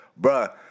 Bruh